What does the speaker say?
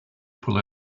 pull